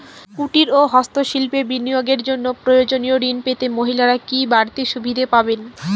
কুটীর ও হস্ত শিল্পে বিনিয়োগের জন্য প্রয়োজনীয় ঋণ পেতে মহিলারা কি বাড়তি সুবিধে পাবেন?